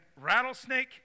rattlesnake